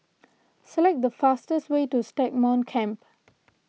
select the fastest way to Stagmont Camp